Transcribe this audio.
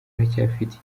aracyafite